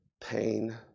pain